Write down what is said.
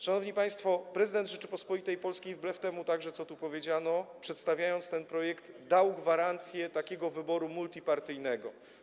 Szanowni państwo, prezydent Rzeczypospolitej Polskiej także wbrew temu, co tu powiedziano, przedstawiając ten projekt, dał gwarancję takiego wyboru multipartyjnego.